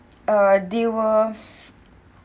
uh they were